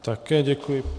Také děkuji.